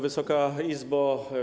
Wysoka Izbo!